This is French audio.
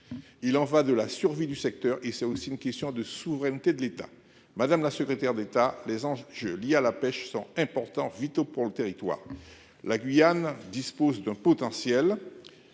Il en va de la survie du secteur et c'est aussi une question de souveraineté de l'État. Madame la secrétaire d'État, les enjeux liés à la pêche sont importants, vitaux pour le territoire. La Guyane dispose d'un potentiel.